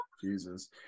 Jesus